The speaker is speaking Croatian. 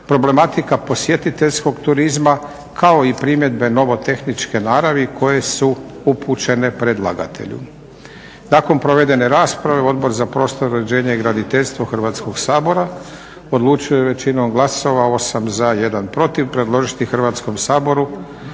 problematika posjetiteljskog turizma kao i primjedbe nomotehničke naravi koje su upućene predlagatelju. Nakon provedene rasprave Odbor za prostorno uređenje i graditeljstvo Hrvatskog sabora odlučio je većinom glasova 8 za, 1 protiv predložiti Hrvatskom saboru